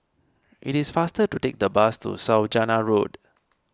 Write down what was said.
it is faster to take the bus to Saujana Road